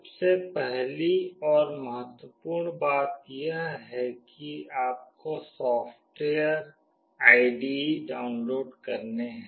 सबसे पहली और महत्वपूर्ण बात यह है कि आपको सॉफ्टवेयर आईडीई डाउनलोड करने हैं